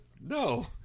No